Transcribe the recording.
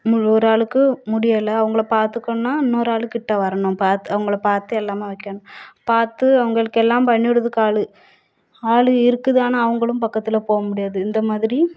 ஒரு ஆளுக்கு முடியலை அவங்கள பார்த்துக்கணுன்னா இன்னோரு ஆள் கிட்ட வரணும் அவங்கள பார்த்து எல்லாமே வைக்கணும் பார்த்து அவங்களுக்கு எல்லாம் பண்ணி விட்றதுக்கு ஆள் ஆள் இருக்குது ஆனால் அவங்களும் பக்கத்தில் போ முடியாது இந்த மாதிரி